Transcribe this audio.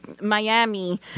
Miami